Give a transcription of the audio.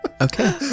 Okay